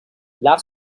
love